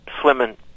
swimming